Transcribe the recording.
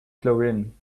chlorine